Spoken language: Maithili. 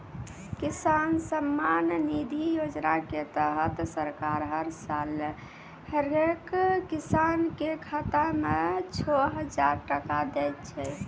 किसान सम्मान निधि योजना के तहत सरकार हर साल हरेक किसान कॅ खाता मॅ छो हजार टका दै छै